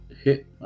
hit